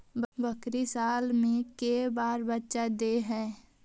बकरी साल मे के बार बच्चा दे है?